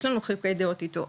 יש לנו חילוקי דעות אתו,